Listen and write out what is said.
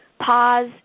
pause